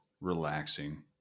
relaxing